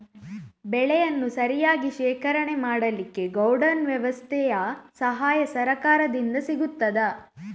ಬೆಳೆಯನ್ನು ಸರಿಯಾಗಿ ಶೇಖರಣೆ ಮಾಡಲಿಕ್ಕೆ ಗೋಡೌನ್ ವ್ಯವಸ್ಥೆಯ ಸಹಾಯ ಸರಕಾರದಿಂದ ಸಿಗುತ್ತದಾ?